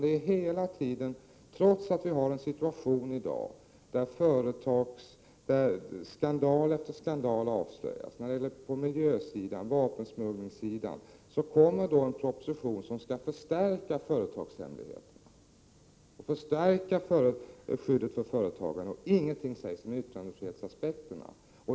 Trots att vi i dag har en situation som innebär att skandal efter skandal avslöjas — på t.ex. miljösidan och vapensmugglingssidan - kommer en proposition som skall förstärka företagshemligheten, förstärka skyddet för företagare. Ingenting sägs om yttrandefrihetsaspekterna.